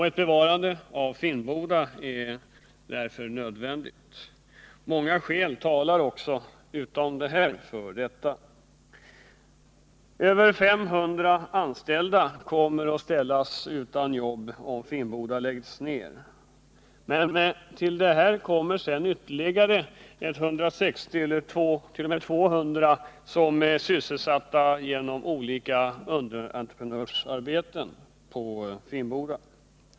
Ett bevarande av Finnboda är därför nödvändigt. Många andra skäl talar också för detta. Mer än 500 anställda kommer att ställas utan arbete, om Finnboda läggs ned. Härtill kommer ytterligare 160-200 underentreprenörsarbetare.